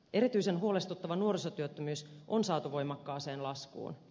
erityisen huolestuttava nuorisotyöttömyys on saatu voimakkaaseen laskuun